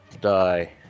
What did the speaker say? die